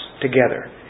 together